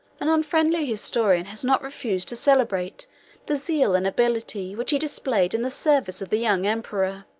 an unfriendly historian has not refused to celebrate the zeal and ability which he displayed in the service of the young emperor.